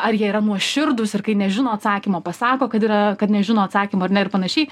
ar jie yra nuoširdūs ir kai nežino atsakymo pasako kad yra kad nežino atsakymo ar ne ir panašiai